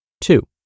Two